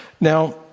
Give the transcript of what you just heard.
Now